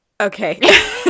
Okay